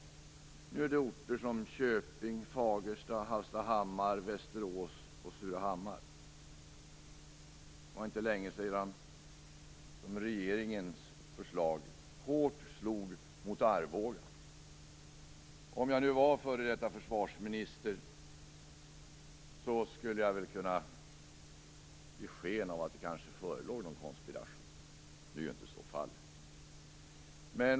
Nu handlar det om orter som Köping, Fagersta, Hallstahammar, Västerås och Surahammar, och det är inte länge sedan regeringens förslag slog hårt mot Arboga. Om jag var f.d. försvarsminister skulle jag kanske ge sken av att det förelåg en konspiration, men så är ju inte fallet.